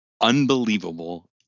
unbelievable